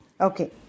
Okay